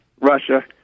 Russia